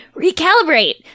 recalibrate